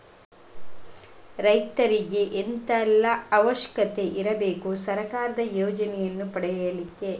ರೈತರಿಗೆ ಎಂತ ಎಲ್ಲಾ ಅವಶ್ಯಕತೆ ಇರ್ಬೇಕು ಸರ್ಕಾರದ ಯೋಜನೆಯನ್ನು ಪಡೆಲಿಕ್ಕೆ?